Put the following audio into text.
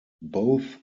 both